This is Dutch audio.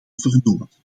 vernoemd